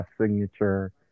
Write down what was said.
signature